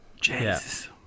Jesus